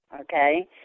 Okay